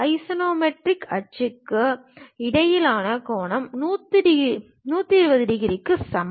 axonometric அச்சுக்கு இடையிலான கோணம் 120 டிகிரிக்கு சமம்